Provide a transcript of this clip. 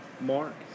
Mark